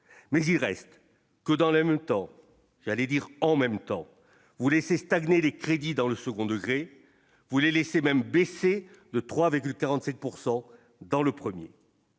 mais il reste que dans le même temps, j'allais dire en même temps vous laisser stagner les crédits dans le second degré, vous voulez laisser même baissé de 3 avec 47 pourcent